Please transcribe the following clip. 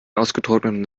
ausgetrockneten